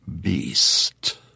beast